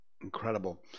Incredible